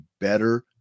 better